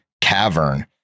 cavern